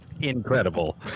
incredible